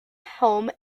home